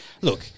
look